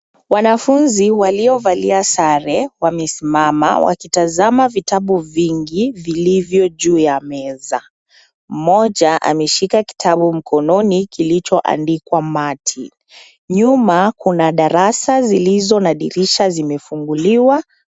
Wanafunzi waliovalia sare wamesimama, wakitazama vitabu vingi vilivyo juu ya meza. Mmoja ameshika kitabu mkononi kilicho andikwa Martin. Nyuma kuna darasa zilizo na darasa zimefunguliwa.